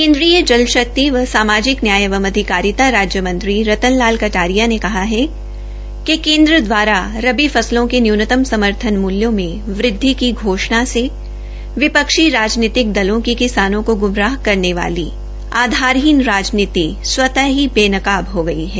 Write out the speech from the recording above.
केन्द्रीय जल शक्ति व सामाजिक न्याय एवं अधिकारिता राज्य मंत्री रतन लाल कटारिया ने कहा है कि केन्द्र दवारा रबी फसलों के न्यूनतम समर्थन मूल्यों में वृदधि की घोषणा से विपक्षी दलों की किसानें को ग्मराह करने वाले आधारहीन राजनीति स्वत ही बेनकाब हो गई है